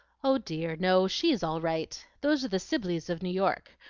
oh dear, no, she is all right. those are the sibleys of new york.